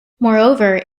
moreover